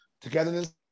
togetherness